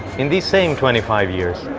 in these same twenty-five years,